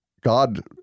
God